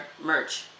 merch